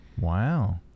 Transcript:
Wow